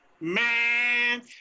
Man